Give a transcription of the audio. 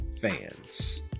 fans